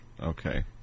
Okay